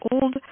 old